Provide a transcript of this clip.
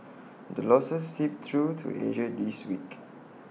the losses seeped through to Asia this week